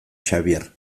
xabier